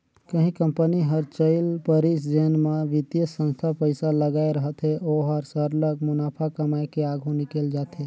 कहीं कंपनी हर चइल परिस जेन म बित्तीय संस्था पइसा लगाए रहथे ओहर सरलग मुनाफा कमाए के आघु निकेल जाथे